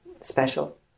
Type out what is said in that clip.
specials